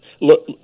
Look